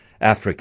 Africa